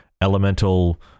elemental